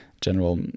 general